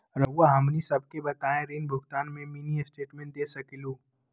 रहुआ हमनी सबके बताइं ऋण भुगतान में मिनी स्टेटमेंट दे सकेलू?